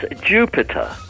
Jupiter